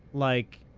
like,